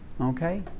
Okay